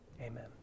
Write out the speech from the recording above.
Amen